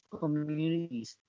communities